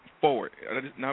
forward